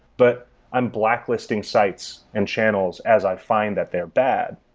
but i'm blacklisting sites and channels as i find that they're bad.